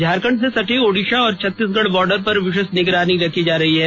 झारखंड से सटे ओडिशा और छत्तीसगढ़ बॉर्डर पर विशेष निगरानी रखी जा रही है